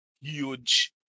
huge